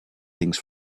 things